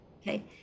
Okay